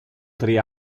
tre